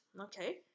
Okay